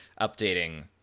updating